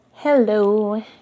hello